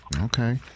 Okay